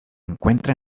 encuentra